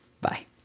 Bye